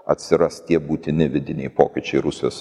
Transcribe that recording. atsiras tie būtini vidiniai pokyčiai rusijos